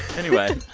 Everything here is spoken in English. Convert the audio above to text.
anyway,